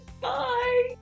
bye